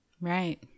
Right